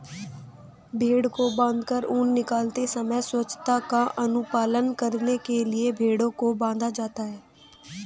भेंड़ को बाँधकर ऊन निकालते समय स्वच्छता का अनुपालन करने के लिए भेंड़ों को बाँधा जाता है